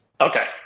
Okay